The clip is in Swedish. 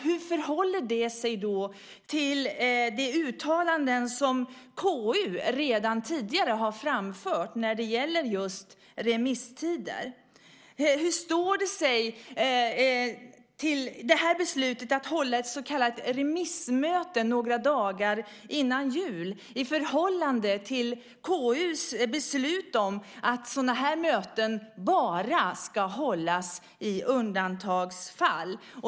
Hur förhåller det sig till de uttalanden som KU redan tidigare har framfört när det gäller just remisstider? Hur står sig beslutet att hålla ett så kallat remissmöte några dagar innan jul i förhållande till KU:s beslut att sådana möten bara ska hållas i undantagsfall?